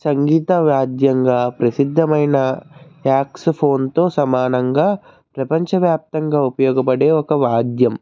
సంగీత వాద్యంగా ప్రసిద్ధమైన ట్యాక్స్ ఫోన్తో సమానంగా ప్రపంచవ్యాప్తంగా ఉపయోగపడే ఒక వాయిద్యం